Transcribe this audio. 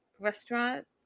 restaurant